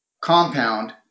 compound